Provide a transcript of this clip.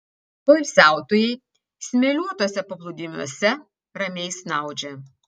poilsiautojai smėliuotuose paplūdimiuose ramiai snaudžia